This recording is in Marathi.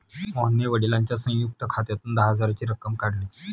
मोहनने वडिलांच्या संयुक्त खात्यातून दहा हजाराची रक्कम काढली